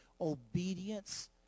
Obedience